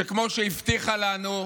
שכמו שהבטיחה לנו,